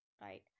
right